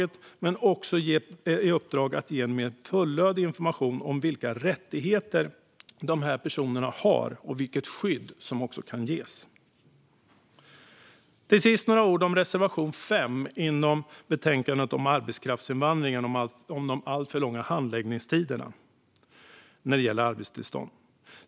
De bör också ges i uppdrag att ge mer fullödig information om vilka rättigheter dessa personer har och om vilket skydd som kan ges. Till sist vill jag säga några ord om reservation 5 i betänkandet om arbetskraftsinvandring och om de alltför långa handläggningstiderna när det gäller arbetstillstånd.